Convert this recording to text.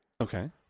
Okay